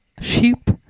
sheep